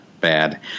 bad